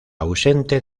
ausente